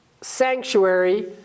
sanctuary